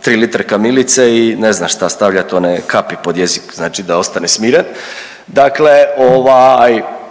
tri litre kamilice i ne znam šta stavljati one kapi pod jezik, znači da ostane smiren. Dakle, onda